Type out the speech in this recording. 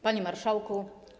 Panie Marszałku!